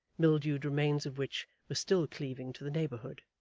mildewed remains of which were still cleaving to the neighbourhood